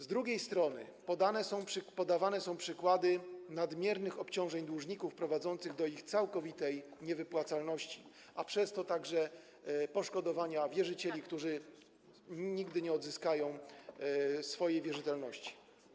Z drugiej strony podawane są przykłady nadmiernych obciążeń dłużników prowadzących do ich całkowitej niewypłacalności, a przez to także do poszkodowania wierzycieli, którzy nigdy nie odzyskają swojej wierzytelności.